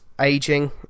aging